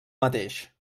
mateix